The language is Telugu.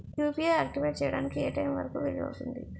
యు.పి.ఐ ఆక్టివేట్ చెయ్యడానికి ఏ టైమ్ వరుకు వీలు అవుతుంది?